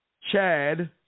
Chad